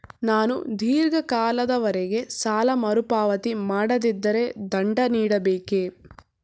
ನಾನು ಧೀರ್ಘ ಕಾಲದವರೆ ಸಾಲ ಮರುಪಾವತಿ ಮಾಡದಿದ್ದರೆ ದಂಡ ನೀಡಬೇಕೇ?